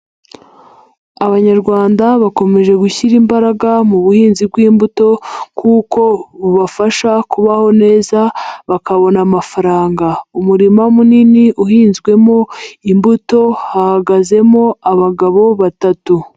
Abanyarwanda bakomeje gushyira imbaraga mu buhinzi bw'imbuto kuko bubafasha kubaho neza bakabona amafaranga. Umurima munini uhinzwemo imbuto hahagazemo abagabo batatu.